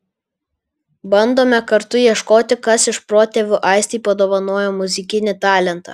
bandome kartu ieškoti kas iš protėvių aistei padovanojo muzikinį talentą